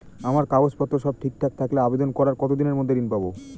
আমার কাগজ পত্র সব ঠিকঠাক থাকলে আবেদন করার কতদিনের মধ্যে ঋণ পাব?